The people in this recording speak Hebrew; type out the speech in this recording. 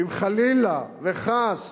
ואם חלילה וחס